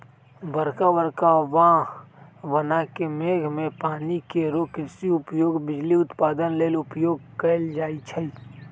बरका बरका बांह बना के मेघ के पानी के रोक कृषि उपयोग, बिजली उत्पादन लेल उपयोग कएल जाइ छइ